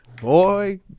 boy